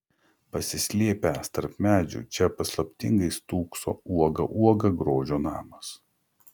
pasislėpęs tarp medžių čia paslaptingai stūkso uoga uoga grožio namas